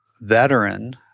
veteran